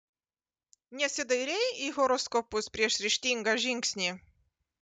nesidairei į horoskopus prieš ryžtingą žingsnį